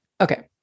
Okay